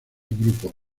grupo